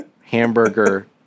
hamburger